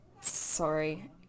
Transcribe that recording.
sorry